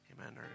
Amen